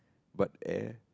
but air